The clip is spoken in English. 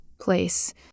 place